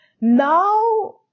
Now